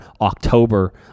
October